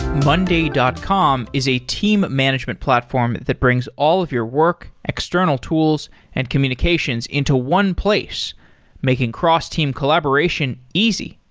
monday dot com is a team management platform that brings all of your work, external tools and communications into one place making cross-team collaboration easy.